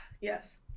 Yes